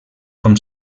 com